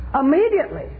Immediately